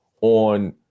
on